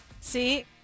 See